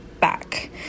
back